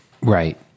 Right